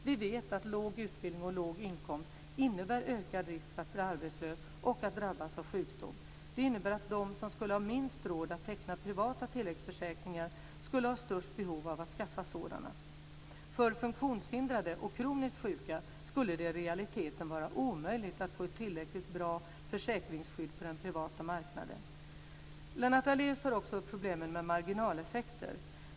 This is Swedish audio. Vi vet att låg utbildning och låg inkomst innebär ökad risk för att bli arbetslös och att drabbas av sjukdom. Det innebär att de som skulle ha minst råd att teckna privata tilläggsförsäkringar skulle ha störst behov av att skaffa sådana. För funktionshindrade och kroniskt sjuka skulle det i realiteten vara omöjligt att få ett tillräckligt bra försäkringsskydd på den privata marknaden. Lennart Daléus tar också upp problemen med marginaleffekter.